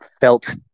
felt